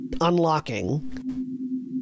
unlocking